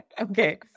Okay